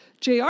JR